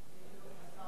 השר בני בגין.